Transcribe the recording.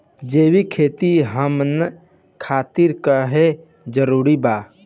जैविक खेती हमन खातिर काहे जरूरी बा?